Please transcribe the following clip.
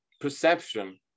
perception